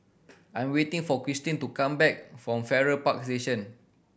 I'm waiting for Christene to come back from Farrer Park Station